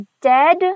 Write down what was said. dead